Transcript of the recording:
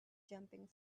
jumping